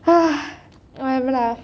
ah whatever lah